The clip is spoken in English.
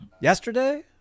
yesterday